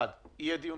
אחד, יהיה דיון